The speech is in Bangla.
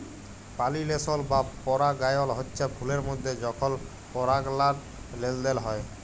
পালিলেশল বা পরাগায়ল হচ্যে ফুলের মধ্যে যখল পরাগলার লেলদেল হয়